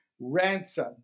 ransom